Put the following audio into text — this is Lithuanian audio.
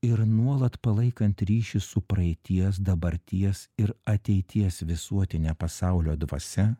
ir nuolat palaikant ryšį su praeities dabarties ir ateities visuotine pasaulio dvasia